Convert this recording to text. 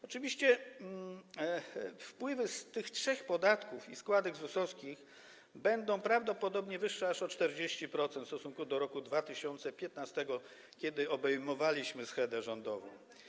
Oczywiście wpływy z tych trzech podatków i składek ZUS-owskich będą prawdopodobnie wyższe aż o 40% w stosunku do roku 2015, kiedy obejmowaliśmy schedę rządową.